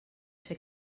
ser